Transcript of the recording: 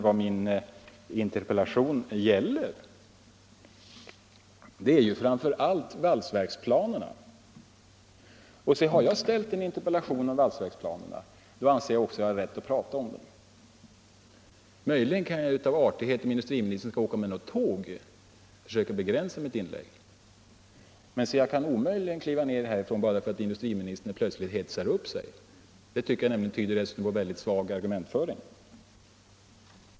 Vad min interpellation gäller är framför allt valsverksplanerna. Och har jag framställt en interpellation om valsverksplanerna anser jag också att jag har rätt att tala om dem. Möjligen kan jag av artighet — om industriministern skall åka med något tåg — försöka begränsa mitt inlägg. Men jag kan omöjligen kliva ned härifrån bara därför att industriministern plötsligt hetsar upp sig — vilket jag dessutom tycker tyder på svag argumentföring.